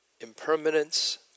impermanence